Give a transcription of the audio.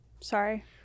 Sorry